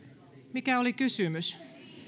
mikä oli kysymys